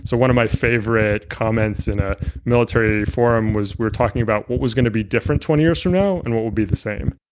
so one of my favorite comments in a military forum was we're talking about, what was going to be different twenty years from now and what would be the same?